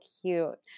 cute